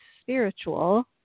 spiritual